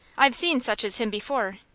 i've seen such as him before.